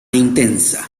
intensa